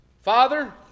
Father